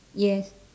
yes